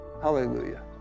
Hallelujah